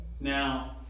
Now